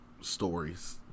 stories